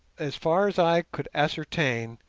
as far as i could ascertain,